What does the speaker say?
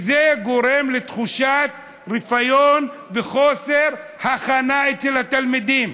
זה גורם לתחושת רפיון וחוסר הכנה אצל התלמידים.